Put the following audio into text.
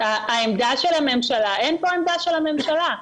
העמדה של הממשלה אין פה עמדה של הממשלה.